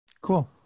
Cool